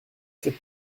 cette